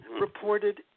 reported